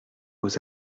aux